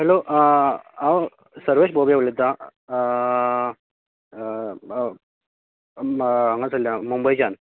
hello हांव सर्वेश भोबे उलयतां हांगासल्ल्यान मुंबयच्यान